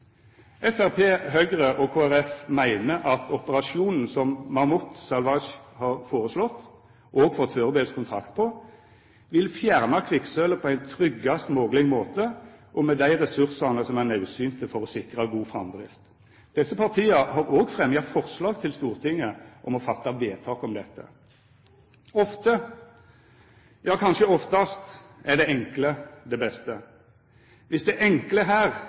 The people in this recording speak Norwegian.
Høgre og Kristeleg Folkeparti meiner at operasjonen som Mammoet Salvage har føreslått, og fått førebels kontrakt på, vil fjerna kvikksølvet på ein tryggast mogleg måte, og med dei ressursane som er naudsynte for å sikra god framdrift. Desse partia har òg fremja forslag til Stortinget om å gjera vedtak om dette. Ofte, ja kanskje oftast, er det enkle det beste. Viss det enkle her